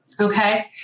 Okay